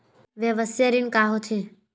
व्यवसाय ऋण का होथे?